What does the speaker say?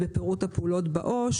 את פירוט הפעולות בעו"ש,